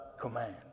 command